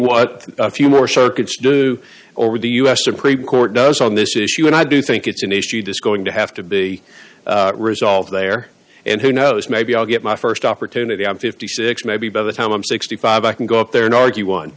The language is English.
what a few more circuits do over the u s supreme court does on this issue and i do think it's an issue disco going to have to be resolved there and who knows maybe i'll get my st opportunity i'm fifty six maybe by the time i'm sixty five i can go up there and argue on